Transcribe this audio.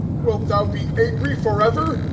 wilt thou be angry forever?